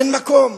אין מקום,